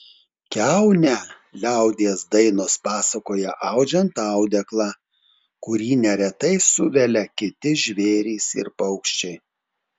kiaunę liaudies dainos pasakoja audžiant audeklą kurį neretai suvelia kiti žvėrys ir paukščiai